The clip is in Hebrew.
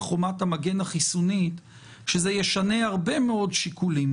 חומת המגן החיסונית שישנה הרבה מאוד שיקולים.